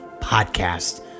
podcast